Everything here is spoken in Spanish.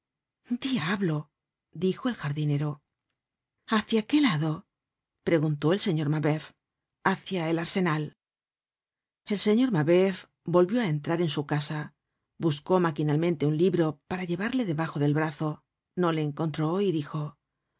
book search generated at hacia qué lado preguntó el señor mabeuf hacia el arsenal el señor mabeuf volvió á entrar en su casa buscó maquinalmente un libro para llevarle debajo del brazo no le encontró y dijo